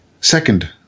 second